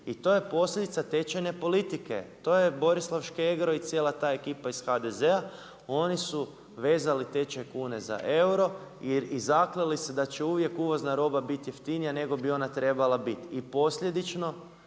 i to je posljedica tečajne politike. To je Borislav Škegro i cijela ta ekipa iz HDZ-a. Oni su vezali tečaj kune za euro i zakleli se da će uvijek uvozna roba bit jeftinija nego bi ona trebala biti. I posljedično